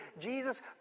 Jesus